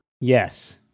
Yes